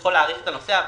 יכול להאריך את הנושא.